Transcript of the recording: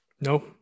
No